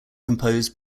composed